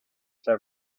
san